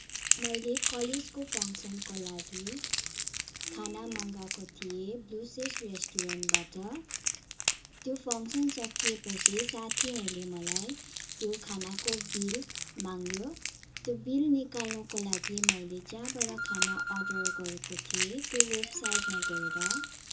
मैले कलेजको फङ्सनको लागि खाना मगाएको थिएँ ब्लुसेस रेस्टुरेन्टबाट त्यो फङ्सन सकिएपछि साथीहरूले मलाई त्यो खानाको बिल माग्यो त्यो बिल निकाल्नुको लागि मैले जहाँबाट अर्डर गरेको थिएँ त्यो वेबसाइटमा गएर